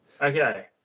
Okay